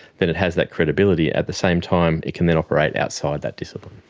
then it has that credibility. at the same time it can then operate outside that discipline.